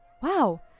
wow